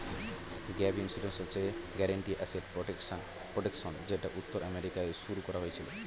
gap insurance হচ্ছে guaranteed asset protection যেটা উত্তর আমেরিকায় শুরু করা হয়েছিল